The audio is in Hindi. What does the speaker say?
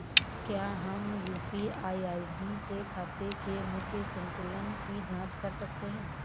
क्या हम यू.पी.आई आई.डी से खाते के मूख्य संतुलन की जाँच कर सकते हैं?